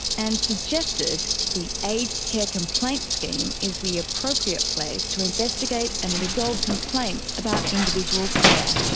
and suggested the aged care complaint scheme is the appropriate place to investigate and resolve complaints about individual care.